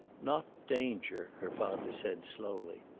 not danger, her father said, slowly.